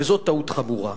וזו טעות חמורה.